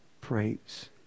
praise